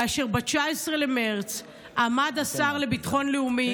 כאשר ב-19 במרץ עמד השר לביטחון לאומי,